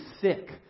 sick